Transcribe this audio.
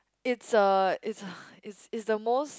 it's a it's a it's it's the most